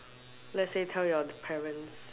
let say tell your parents